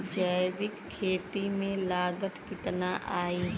जैविक खेती में लागत कितना आई?